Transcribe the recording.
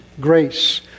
grace